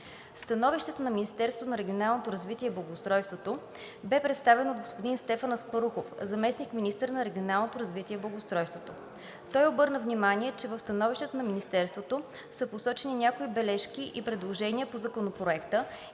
Становището на Министерството на регионалното развитие и благоустройството бе представено от господин Стефан Аспарухов – заместник-министър на регионалното развитие и благоустройството. Той обърна внимание, че в становището на Министерството са посочени някои бележки и предложения по Законопроекта